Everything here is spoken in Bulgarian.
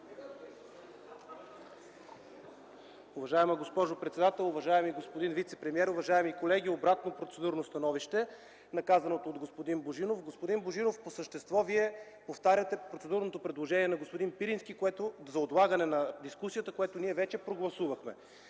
Уважаема госпожо председател, уважаеми господин вицепремиер, уважаеми колеги! Обратно процедурно становище на казаното от господин Божинов. Господин Божинов, по същество Вие повтаряте процедурното предложение на господин Пирински за отлагане на дискусията, което ние вече прегласувахме